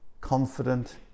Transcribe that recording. confident